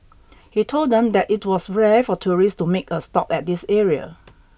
he told them that it was rare for tourists to make a stop at this area